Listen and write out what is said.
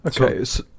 Okay